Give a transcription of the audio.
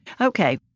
Okay